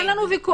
אין לנו ויכוח,